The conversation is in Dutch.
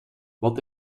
wat